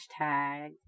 hashtag